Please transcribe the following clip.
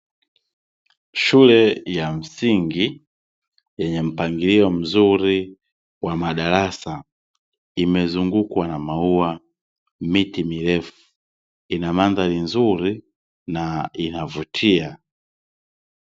Shule ya msingi yenye mpangilio mzuri wa madarasa. Imezungukwa na maua, miti mirefu; ina mandhari nzuri na inavutia.